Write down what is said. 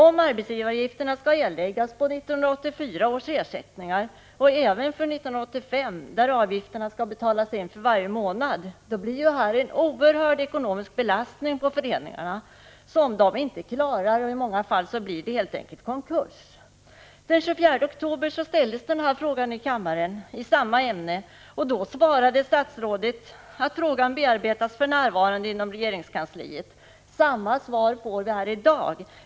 Om arbetsgivaravgifterna skall erläggas på 1984 års ersättningar och även för 1985 — för 1985 skall avgifterna betalas in för varje månad — blir det en oerhört stor ekonomisk belastning på föreningarna, en belastning som de inte klarar av. I många fall blir det helt enkelt konkurs. Den 24 oktober hade en fråga ställts här i kammaren i samma ämne. Då svarade statsrådet att frågan för närvarande bearbetas inom regeringskansliet. Samma svar får vi här i dag.